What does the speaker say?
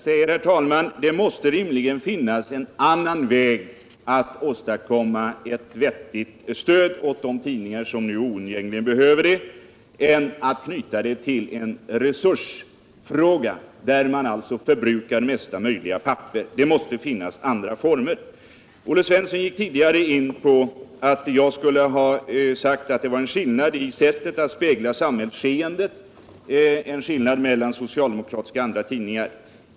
Jag säger: Det måste finnas en annan väg att åstadkomma ett vettigt stöd åt de tidningar som oundgängligen behöver ett sådant än att göra stödet till en fråga om resursanvändning, där man förbrukar mesta möjliga papper. Olle Svensson menade tidigare att jag skulle ha sagt att det råder en skillnad i sättet att spegla samhällsskeendet mellan socialdemokratiska och andra tidningar.